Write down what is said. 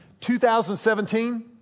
2017